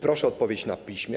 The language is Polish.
Proszę o odpowiedź na piśmie.